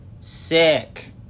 sick